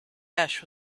ash